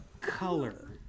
color